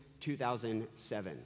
2007